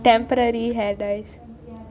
temporary hair dyes